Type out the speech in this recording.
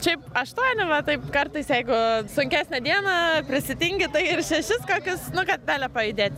šiaip aštuoni va taip kartais jeigu sunkesnė diena prisitingi tai ir šešis kokius nu kad bele pajudėt